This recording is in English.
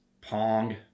pong